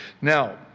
Now